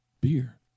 beer